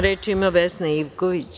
Reč ima Vesna Ivković.